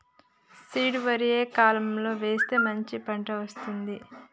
Seed వరి ఏ కాలం లో వేస్తే మంచి పంట వస్తది?